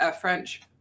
French